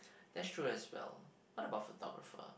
that's true as well what about photographer